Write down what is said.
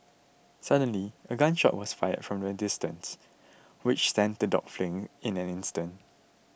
suddenly a gun shot was fired from a distance which sent the dogs fleeing in an instant